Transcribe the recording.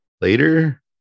later